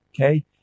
Okay